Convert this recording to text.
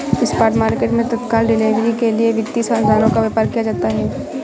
spot market मैं तत्काल delivery के लिए वित्तीय साधनों का व्यापार किया जाता है